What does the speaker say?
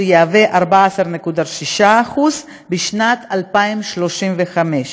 שיהיו 14.6% בשנת 2035,